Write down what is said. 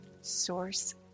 Source